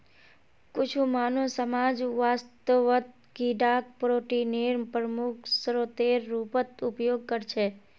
कुछु मानव समाज वास्तवत कीडाक प्रोटीनेर प्रमुख स्रोतेर रूपत उपयोग करछे